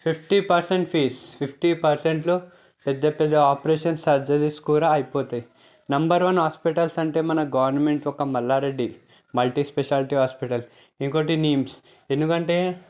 fifty percent fees fifty పర్సెంట్లో పెద్ద పెద్ద ఆపరేషన్స్ సర్జరీస్ కూడా అయిపోతాయి నెంబర్ వన్ హాస్పిటల్స్ అంటే మన గవర్నమెంట్ ఒక మల్లారెడ్డి మల్టీ స్పెషాలిటీ హాస్పిటల్ ఇంకొకటి నిమ్స్ ఎందుకంటే